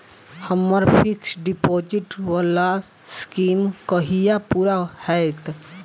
हम्मर fixed deposit वला scheme कहिया पूरा हैत?